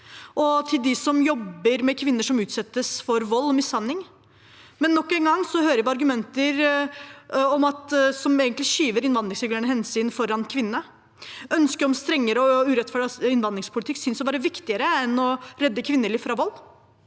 og til dem som jobber med kvinner som utsettes for vold og mishandling, men nok en gang hører vi argumenter som egentlig skyver innvandringsregulerende hensyn foran kvinnene. Ønsket om en strengere og urettferdig innvandringspolitikk synes å være viktigere enn å redde kvinner fra vold.